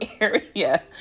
area